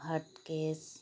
hotcase